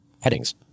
headings